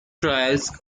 trials